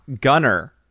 Gunner